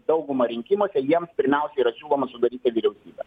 daugumą rinkimuose jiems pirmiausia yra siūloma sudaryti vyriausybę